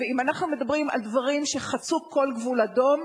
ואם אנחנו מדברים על דברים שחצו כל גבול אדום,